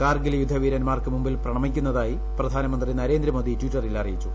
കാർഗിൽ യുദ്ധ വീരൻമാർക്ക് മുമ്പിൽ പ്രണമിക്കുന്നതായി പ്രധാനമന്ത്രി നരേന്ദ്രമോദി ടിറ്ററിൽ അറിയിച്ചു